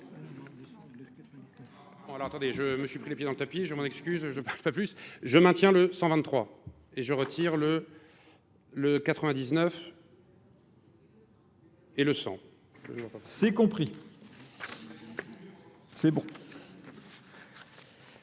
je me suis pris les pieds dans le tapis, je m'en excuse, je parle pas plus. Je maintiens le 123 et je retire le 99, et le 100. C'est compris. C'est